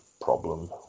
problem